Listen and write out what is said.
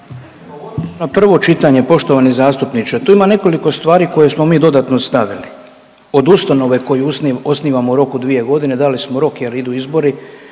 Prvo čitanje poštovani zastupniče, tu ima nekoliko stvari koje smo dodatno stavili od ustanove koju osnivamo u roku od dvije godine, dali smo rok jer idu izbori